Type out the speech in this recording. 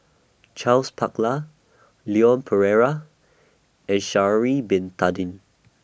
Charles Paglar Leon Perera and Sha'Ari Bin Tadin